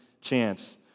chance